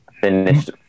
finished